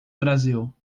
brasil